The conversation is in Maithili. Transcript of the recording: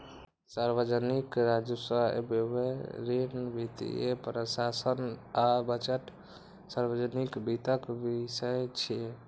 सार्वजनिक राजस्व, व्यय, ऋण, वित्तीय प्रशासन आ बजट सार्वजनिक वित्तक विषय छियै